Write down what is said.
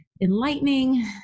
enlightening